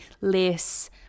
less